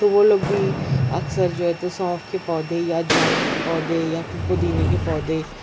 تو وہ لوگ بھی اکثر جو ہے تو سونف کے پودے یا اجوائن کے پودے یا پھر پودینے کے پودے